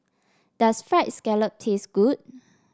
does fried scallop taste good